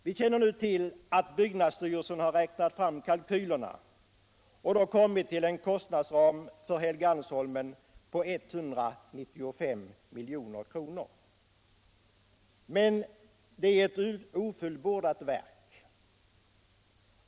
Vi känner nu till att byggnadsstyrelsen har räknat fram kalkylerna och då kommit till en kostnadsram när det gäller flyttningen till Helgeandsholmen på 195 milj.kr. Men det är ett ofullbordat verk.